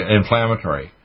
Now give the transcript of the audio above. inflammatory